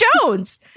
Jones